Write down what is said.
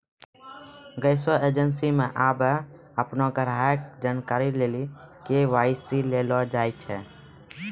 गैसो एजेंसी मे आबे अपनो ग्राहको के जानकारी लेली के.वाई.सी लेलो जाय छै